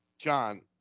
John